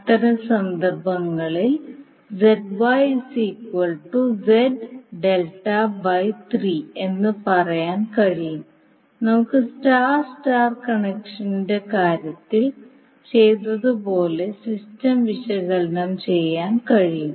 അത്തരം സന്ദർഭങ്ങളിൽ എന്ന് പറയാൻ കഴിയും നമുക്ക് സ്റ്റാർ സ്റ്റാർ കണക്ഷന്റെ കാര്യത്തിൽ ചെയ്തതുപോലെ സിസ്റ്റം വിശകലനം ചെയ്യാൻ കഴിയും